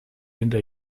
hinter